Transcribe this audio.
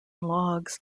logs